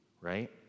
right